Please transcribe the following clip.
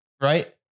right